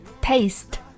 Taste